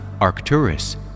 Arcturus